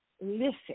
listen